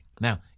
Now